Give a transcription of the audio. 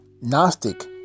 Gnostic